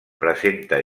presenta